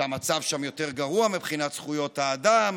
שהמצב שם יותר גרוע מבחינת זכויות האדם,